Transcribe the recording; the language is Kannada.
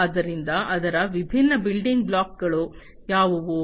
ಆದ್ದರಿಂದ ಅದರ ವಿಭಿನ್ನ ಬಿಲ್ಡಿಂಗ್ ಬ್ಲಾಕ್ಗಳು ಯಾವುವು